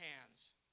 hands